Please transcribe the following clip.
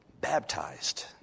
baptized